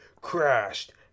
crashed